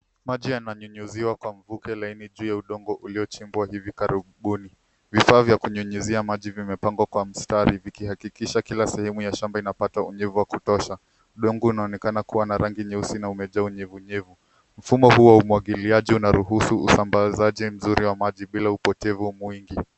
Maji ananyunyiziwa kwa mvuke laini juu ya udongo uliochimbwa hivi karibuni. Vifaa vya kunyunyizia maji vimepangwa kwa mstari vikihakikisha kila sehemu ya shamba inapata unyevu wa kutosha. Udongo unaonekana kuwa na rangi nyeusi na umejaa unyevunyevu. Mfumo huu wa umwangiliaji unaruhusu usambazaji wa maji bila upotevu mwingi.